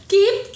Keep